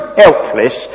helpless